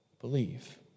believe